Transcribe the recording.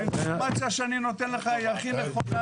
האינפורמציה שאני נותן לך היא הכי נכונה.